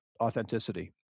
authenticity